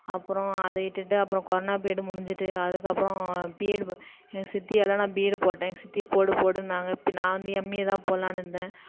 அப்புறம் அதை விட்டுட்டு அப்புறம் கொரோனா ப்ரீயடு முடிஞ்சிட்டு அதுக்கப்புறம் பிஎட் ப எங்கள் சித்தியால் நான் பிஏட் போட்டேன் எங்கள் சித்தி போடு போடுன்னாங்க நான் வந்து எம்ஏதான் போட்லாம்னு இருந்தேன்